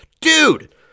Dude